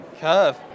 curve